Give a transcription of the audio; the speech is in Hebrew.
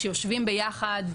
שיושבים ביחד,